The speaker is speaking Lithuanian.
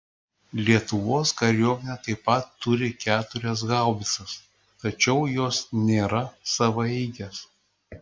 lietuvos kariuomenė taip pat turi keturias haubicas tačiau jos nėra savaeigės